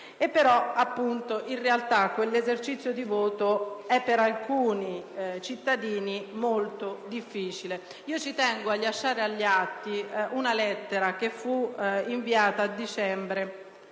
però, in realtà, l'esercizio del voto è per alcuni cittadini molto difficile. Ci tengo a lasciare agli atti una lettera che fu inviata a dicembre